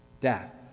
death